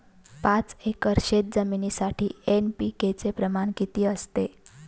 पाच एकर शेतजमिनीसाठी एन.पी.के चे प्रमाण किती असते?